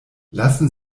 lassen